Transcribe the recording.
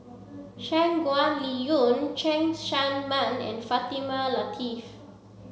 Shangguan Liuyun Cheng Tsang Man and Fatimah Lateef